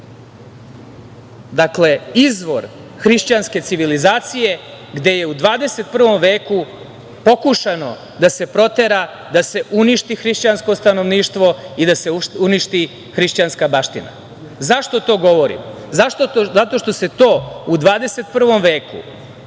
izvor hrišćanske civilizacije, gde je u 21. veku pokušano da se protera, da se uništi hrišćansko stanovništvo i da se uništi hrišćanska baština? Zašto to govorim? Zato što se to u 21. veku